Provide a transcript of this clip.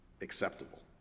acceptable